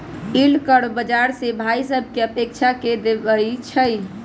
yield curve बाजार से भाइ सभकें अपेक्षा के देखबइ छइ